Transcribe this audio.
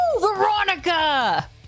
Veronica